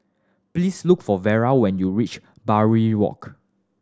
please look for Vara when you reach Barbary Walk